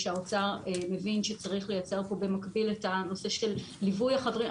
שהאוצר מבין שצריך לייצר פה במקביל את הנושא של ליווי החברים.